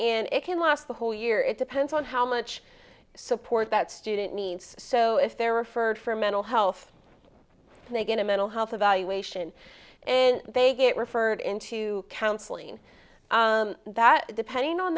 and it can last the whole year it depends on how much support that student needs so if they're referred for mental health they get a mental health evaluation and they get referred into counseling that depending on